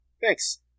Thanks